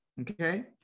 okay